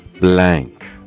blank